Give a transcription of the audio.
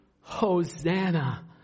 Hosanna